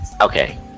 okay